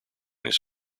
his